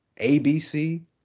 ABC